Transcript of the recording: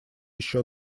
еще